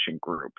group